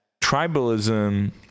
tribalism